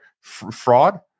fraud